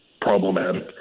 problematic